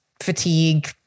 fatigue